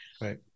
right